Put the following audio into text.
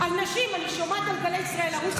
חברת הכנסת בן ארי.